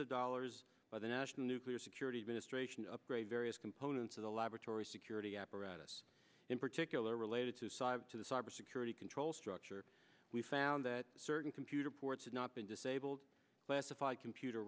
of dollars by the national nuclear security administration upgrade various components of the laboratory security apparatus in particular related to side to the cyber security control structure we found that certain computer ports had not been disabled classified computer